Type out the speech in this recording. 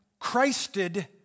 Christed